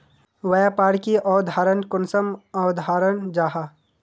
व्यापार की अवधारण कुंसम अवधारण जाहा?